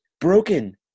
Broken